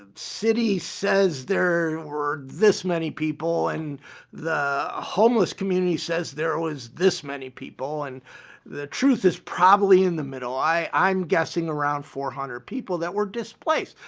ah city says there were this many people and the homeless community says there was this many people and the truth is probably in the middle. i'm guessing around four hundred people that were displaced.